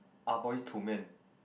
Ah-Boys-to-Men